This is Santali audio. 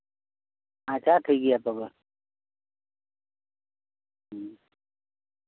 ᱟᱪᱪᱷᱟ ᱴᱷᱤᱠ ᱜᱮᱭᱟ ᱛᱚᱵᱮ ᱦᱮᱸ